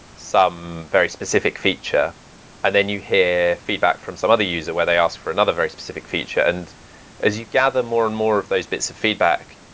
some very specific feature and then you hear feedback from some other user where they ask for another very specific feature. and as you gather more and more of those bits of feedback